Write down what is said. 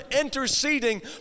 interceding